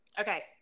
Okay